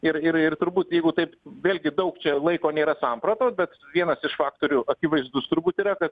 ir ir ir turbūt jeigu taip vėlgi daug čia laiko nėra samprotaut bet vienas iš faktorių akivaizdus turbūt yra kad